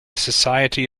society